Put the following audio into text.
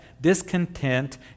discontent